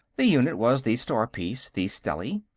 the unit was the star-piece, the stelly.